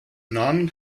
non